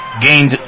gained